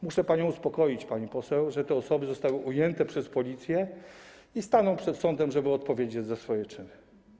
Muszę panią uspokoić, pani poseł, te osoby zostały ujęte przez Policję i staną przed sądem, żeby odpowiedzieć za swoje czyny.